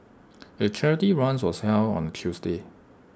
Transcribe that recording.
the charity run was held on A Tuesday